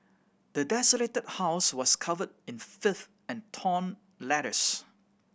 the desolated house was covered in filth and torn letters